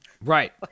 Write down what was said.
right